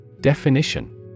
Definition